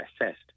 assessed